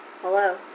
Hello